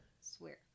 Swear